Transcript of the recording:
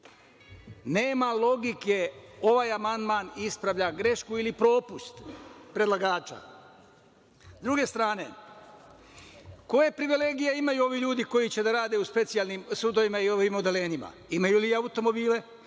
Nema logike. Ovaj amandman ispravlja grešku ili propust predlagača.S druge strane, koje privilegije imaju ljudi koji će da rade u specijalnim sudovima i ovim odeljenjima? Imaju li automobile,